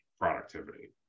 productivity